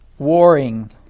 warring